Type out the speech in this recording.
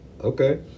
Okay